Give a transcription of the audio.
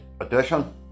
edition